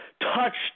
touched